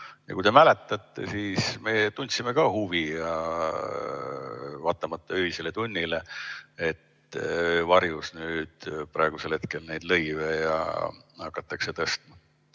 Kui te mäletate, siis me tundsime ka huvi, vaatamata öisele tunnile, et öö varjus nüüd praegusel hetkel neid lõive hakatakse tõstma.